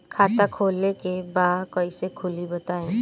खाता खोले के बा कईसे खुली बताई?